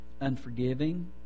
Unforgiving